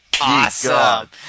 Awesome